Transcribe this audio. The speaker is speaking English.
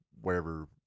wherever